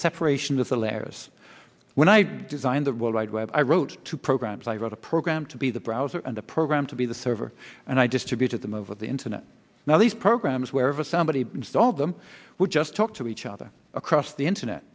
separation of the layers when i design the world wide web i wrote two programs i wrote a program to be the browser and the program to be the server and i distributed them over the internet now these programs wherever somebody installed them would just talk to each other across the internet